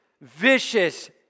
vicious